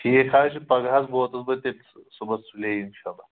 ٹھیٖک حظ چھُ پگاہ حظ ووتُس بہٕ تیٚلہِ صُبحس سُلے اِنشاء اللہ